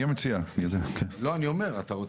אני שמח לפחות שיש היענות,